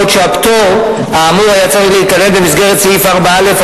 בעוד שהפטור האמור היה צריך להיכלל במסגרת סעיף 4(א),